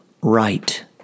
right